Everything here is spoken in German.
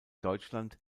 deutschland